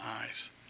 eyes